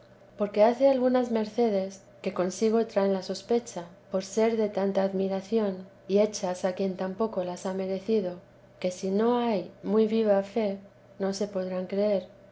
porque hace algunas mercedes que consigo traen la sospecha por ser de tanta admiración y hechas a quien tan poco las ha merecido que si no hay muy viva fe no se podrán creer